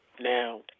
Now